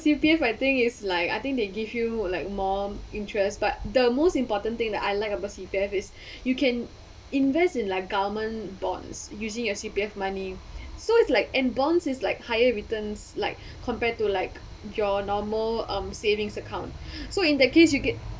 C_P_F I think is like I think they give you like more interest but the most important thing that I like about C_P_F is you can invest in like government bonds using your C_P_F money so it's like and bonds is like higher returns like compared to like your normal um savings account so in that case you get